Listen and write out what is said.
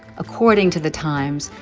according to the times,